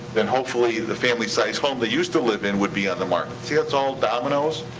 then hopefully the family-sized home they used to live in would be on the market. see how it's all dominoes?